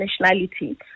nationality